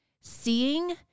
Seeing